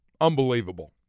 Unbelievable